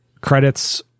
credits